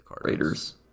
Raiders